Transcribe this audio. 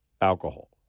alcohol